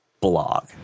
blog